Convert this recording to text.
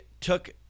took